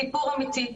סיפור אמיתי,